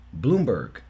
bloomberg